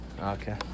Okay